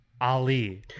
Ali